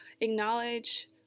acknowledge